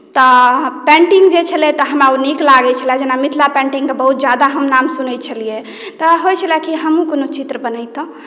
तऽ पेंटिंग जे छलै तऽ हमरा ओ नीक लागैत छले जेना मिथिला पेंटिंगके बहुत ज्यादा हम नाम सुनैत छलियै तऽ होइत छले कि हमहूँ कोनो चित्र बनबितहुँ